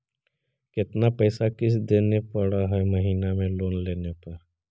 कितना पैसा किस्त देने पड़ है महीना में लोन लेने पर?